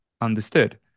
understood